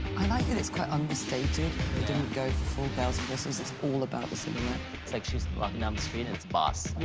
i like that it's quite understated, they didn't go for the full bells and whistles, it's all about the similar. it's like she's walking down the street, and it's boss!